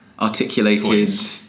Articulated